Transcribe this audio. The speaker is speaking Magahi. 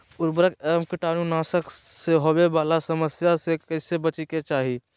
उर्वरक एवं कीटाणु नाशक से होवे वाला समस्या से कैसै बची के चाहि?